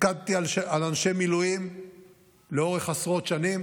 פיקדתי על אנשי מילואים לאורך עשרות שנים.